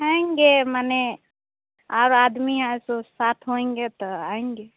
आएँगे माने और आदमी और सो साथ होएँगे तो आएँगे